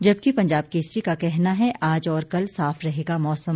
जबकि पंजाब केसरी का कहना है आज और कल साफ रहेगा मौसम